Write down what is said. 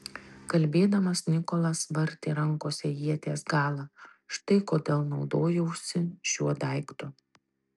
kalbėdamas nikolas vartė rankose ieties galą štai kodėl naudojausi šiuo daiktu